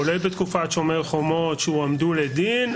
כולל בתקופת שומר חומות שהועמדו לדין,